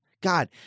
God